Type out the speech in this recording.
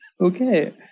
Okay